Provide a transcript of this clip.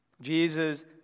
Jesus